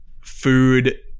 food